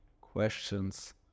questions